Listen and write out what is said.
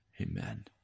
Amen